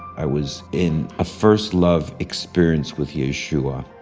i was in a first love experience with yeshua.